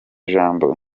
jambo